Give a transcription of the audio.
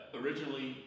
originally